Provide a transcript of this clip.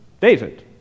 David